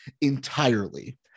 entirely